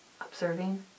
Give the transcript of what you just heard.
observing